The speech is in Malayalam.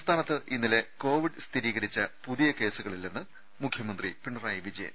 സംസ്ഥാനത്ത് ഇന്നലെ കോവിഡ് സ്ഥിരീകരിച്ച പുതിയ കേസു കളില്ലെന്ന് മുഖ്യമന്ത്രി പിണറായി വിജയൻ